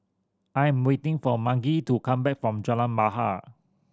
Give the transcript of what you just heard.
I am waiting for Margy to come back from Jalan Bahar